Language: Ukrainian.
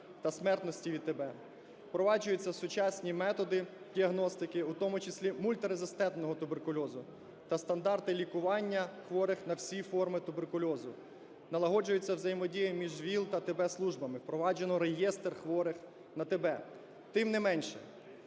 Тим не менше